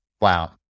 Wow